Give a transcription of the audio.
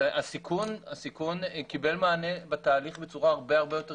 הסיכון קיבל מענה בתהליך בצורה הרבה יותר יסודית.